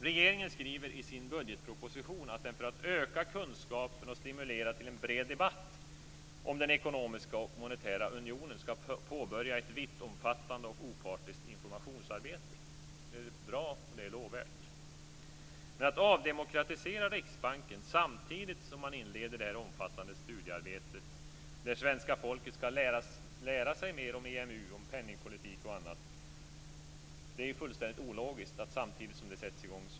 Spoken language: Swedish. Regeringen skriver i sin budgetproposition att den för att öka kunskapen och stimulera till en bred debatt om den ekonomiska och monetära unionen skall påbörja ett vittomfattande och opartiskt informationsarbete. Det är bra och lovvärt. Men att avdemokratisera riksbanken samtidigt som man inleder ett omfattande studiearbete, där svenska folket skall lära sig mer om EMU, penningpolitik och annat, är fullständigt ologiskt.